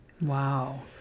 Wow